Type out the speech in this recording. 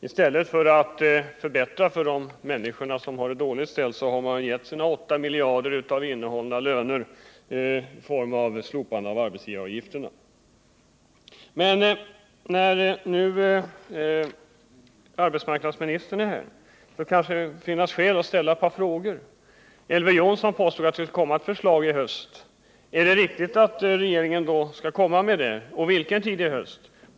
I stället för att förbättra för de människor som har det dåligt ställt har man använt 8 miljarder av innehållna löner till slopande av arbetsgivaravgifterna. Eftersom arbetsmarknadsministern nu är här kan det finnas skäl att ställa ett par frågor. Elver Jonsson påstod att det skall komma ett förslag i höst. Är detta riktigt och i så fall vid vilken tidpunkt i höst?